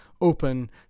open